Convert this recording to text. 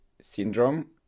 syndrome